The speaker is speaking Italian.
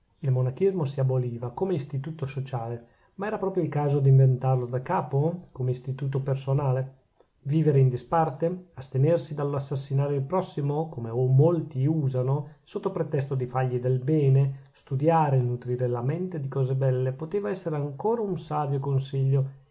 il monachismo si aboliva come istituto sociale ma era proprio il caso d'inventarlo da capo come istituto personale vivere in disparte astenersi dallo assassinare il prossimo come molti usano sotto pretesto di fargli del bene studiare nutrire la mente di cose belle poteva essere ancora un savio consiglio